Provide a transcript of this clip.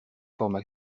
formes